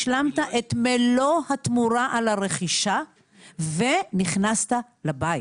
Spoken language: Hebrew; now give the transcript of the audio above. השלמת את מלוא התמורה על הרכישה ונכנסת לבית.